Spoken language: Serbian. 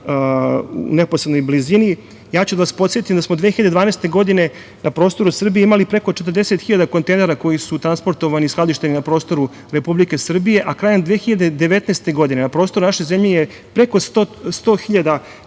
u neposrednoj blizini. Podsetiću vas, da smo 2012. godine, na prostoru Srbije, imali preko 40 hiljada kontenjera koji su transportovani, skladišteni na prostoru Republike Srbije, a krajem 2019. godine na prostoru naše zemlje je preko 100 hiljada kontenjera